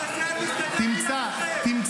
אל תדאג, אני אמצא.